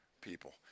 people